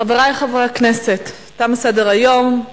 חברי חברי הכנסת, תם סדר-היום.